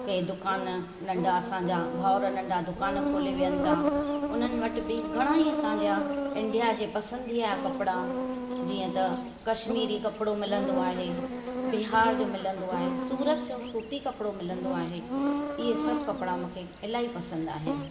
के दुकान नंढा असांजा भाउरु नंढा दुकान खोले वेहनि था उन्हनि वटि बि घणाईं असांजा इंडिया जे पसंदीअ जा कपिड़ा जीअं त कश्मीरी कपिड़ो मिलंदो आहे बिहार जो मिलंदो आहे सूरत जो सूती कपिड़ो मिलंदो आहे इएं सभु कपिड़ा मूंखे इलाही पसंदि आहिनि